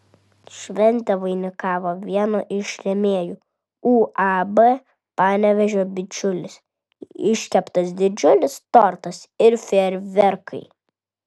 šventę vainikavo vieno iš rėmėjų uab panevėžio bičiulis iškeptas didžiulis tortas ir fejerverkai